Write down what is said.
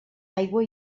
aigua